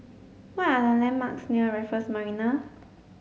what are the landmarks near Raffles Marina